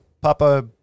Papa